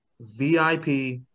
VIP